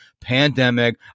pandemic